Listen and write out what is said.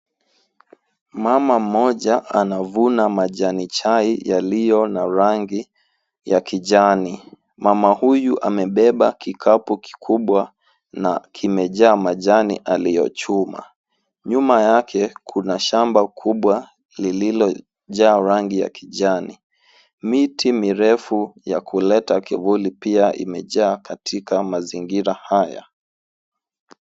Mama mmoja anavuna majanichai yaliyo na rangi ya kijani. Mama huyu amebeba kikapu kikubwa na kimejaa majani aliyochuma. Nyuma yake kuna shamba kubwa lililojaa rangi ya kijani. Miti mirefu ya kuleta kivuli pia imejaa katika mazingira haya.